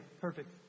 Perfect